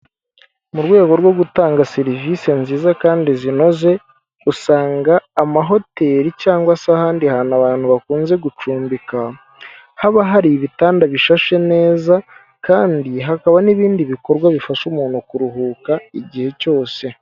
Mu rwego rwo gutanga serivisi nziza kandi zinoze, usanga amahoteri cyangwa se ahandi hantu abantu bakunze gucumbika, haba hari ibitanda bishashe neza, kandi hakaba n'ibindi bikorwa bifasha umuntu kuruhuka igihe cyose.